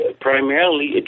primarily